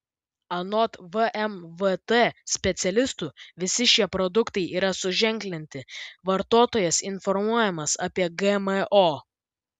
anot vmvt specialistų visi šie produktai yra suženklinti vartotojas informuojamas apie gmo